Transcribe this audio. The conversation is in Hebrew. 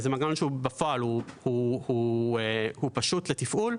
בפועל, זהו מנגנון פשוט לתפעול,